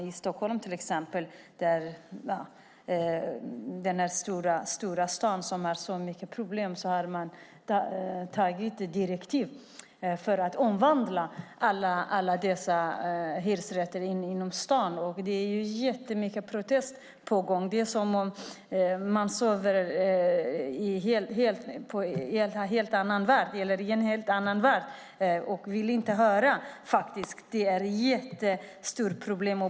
I Stockholm - denna stora stad med så många problem - har man antagit direktiv för att omvandla alla hyresrätter inom staden. Det är många protester på gång. Det är som om man lever i en helt annan värld och inte vill höra att det är ett stort problem.